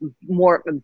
more